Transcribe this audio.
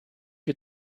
you